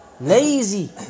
lazy